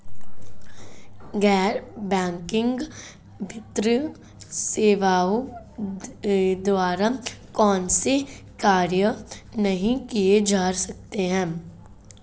गैर बैंकिंग वित्तीय सेवाओं द्वारा कौनसे कार्य नहीं किए जा सकते हैं?